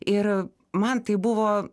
ir man tai buvo